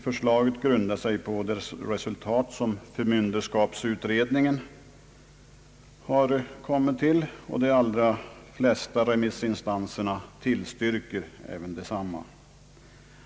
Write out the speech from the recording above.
Förslaget grundar sig på det resultat som förmynderskapsutredningen har kommit till, och de allra flesta remissinstanserna tillstyrker detsamma.